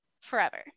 forever